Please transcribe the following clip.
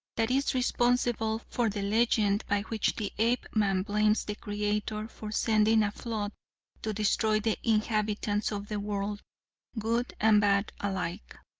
that is responsible for the legend by which the apeman blames the creator for sending a flood to destroy the inhabitants of the world good and bad alike.